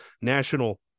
National